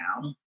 now